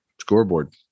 Scoreboard